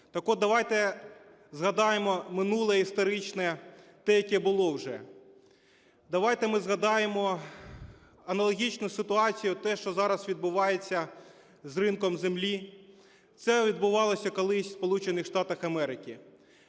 Так от, давайте згадаємо минуле історичне, те, яке було уже. Давайте ми згадаємо аналогічну ситуацію і те, що зараз відбувається з ринком землі. Це відбувалось колись в